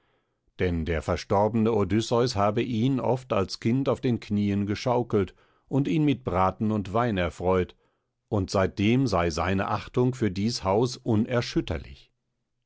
denn der verstorbene odysseus habe ihn oft als kind auf den knieen geschaukelt und ihn mit braten und wein erfreut und seitdem sei seine achtung für dies haus